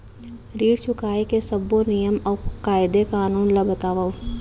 ऋण चुकाए के सब्बो नियम अऊ कायदे कानून ला बतावव